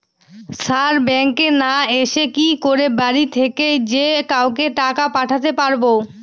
Sir ব্যাঙ্কে না এসে কি করে বাড়ি থেকেই যে কাউকে টাকা পাঠাতে পারবো?